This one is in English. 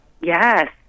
Yes